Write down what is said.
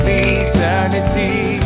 eternity